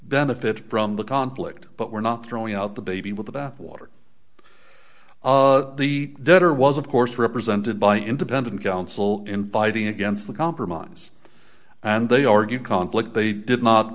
benefit from the conflict but we're not throwing out the baby with the bathwater the debtor was of course represented by independent counsel inviting against the compromise and they argue conflict they did not